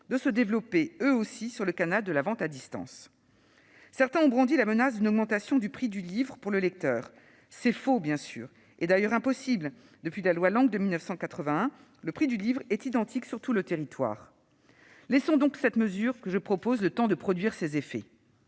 de se développer eux aussi sur le canal de la vente à distance. Certains ont brandi la menace d'une augmentation du prix du livre pour le lecteur. C'est faux, bien sûr, et d'ailleurs impossible : depuis la loi du 10 août 1981 relative au prix du livre, dite « loi Lang », le prix du livre est identique sur tout le territoire. Laissons à la mesure que je propose le temps de produire ses effets.